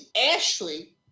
Ashley